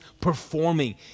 performing